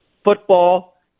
Football